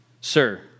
Sir